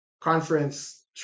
conference